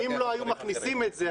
אם לא היו מכניסים את זה,